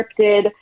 scripted